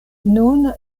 nun